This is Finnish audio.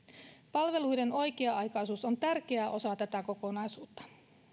palveluiden oikea aikaisuus on tärkeä osa tätä kokonaisuutta